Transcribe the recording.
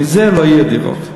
מזה לא יהיו דירות.